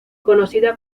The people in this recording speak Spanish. conocida